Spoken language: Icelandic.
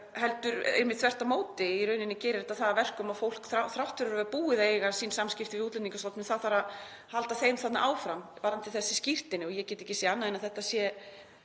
heldur einmitt þvert á móti. Í rauninni gerir þetta það að verkum að fólk, þrátt fyrir að það sé búið að eiga sín samskipti við Útlendingastofnun, þá þarf að halda þeim þarna áfram varðandi þessi skírteini og ég get ekki séð annað en að þetta sé